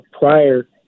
prior